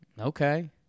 Okay